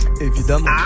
Évidemment